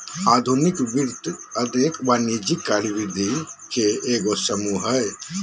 आधुनिक वित्त अनेक वाणिज्यिक कार्यविधि के एगो समूह हइ